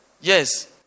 Yes